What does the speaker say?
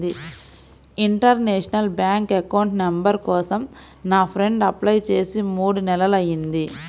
international bank account number కోసం నా friend apply చేసి మూడు నెలలయ్యింది